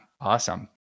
Awesome